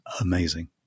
amazing